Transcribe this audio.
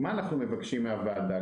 מה אנחנו מבקשים מן הוועדה?